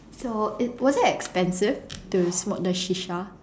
so it was it expensive to smoke the shisha